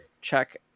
check